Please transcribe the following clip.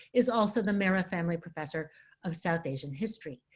is also the mehra family professor of south asian history.